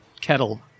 kettle